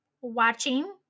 watching